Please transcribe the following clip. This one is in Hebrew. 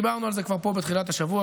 כבר דיברנו על זה פה בתחילת השבוע,